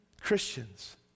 Christians